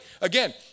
Again